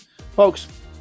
Folks